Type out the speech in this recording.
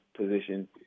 position